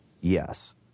Yes